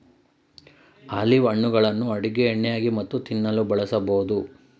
olive ಹಣ್ಣುಗಳನ್ನು ಅಡುಗೆ ಎಣ್ಣೆಯಾಗಿ ಮತ್ತು ತಿನ್ನಲು ಬಳಸಬೋದು